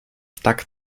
tak